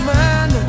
man